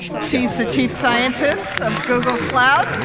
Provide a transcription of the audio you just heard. she's the chief scientist of google cloud